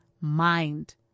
mind